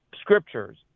scriptures